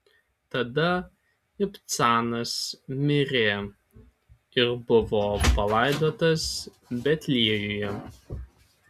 tada ibcanas mirė ir buvo palaidotas betliejuje